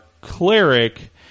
cleric